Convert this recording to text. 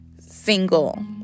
single